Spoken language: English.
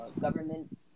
government